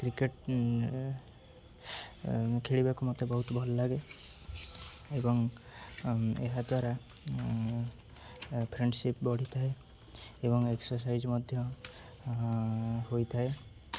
cricket ଖେଳିବାକୁ ମୋତେ ବହୁତ ଭଲଲାଗେ ଏବଂ ଏହାଦ୍ୱାରା ଫ୍ରେଣ୍ଡସିପ୍ ବଢ଼ିଥାଏ ଏବଂ ଏକ୍ସରସାଇଜ୍ ମଧ୍ୟ ହୋଇଥାଏ